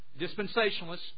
dispensationalists